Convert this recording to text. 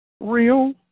real